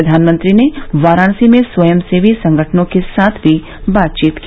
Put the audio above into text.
प्रधानमंत्री ने वाराणसी में स्वयंसेवी संगठनों के साथ भी बातचीत की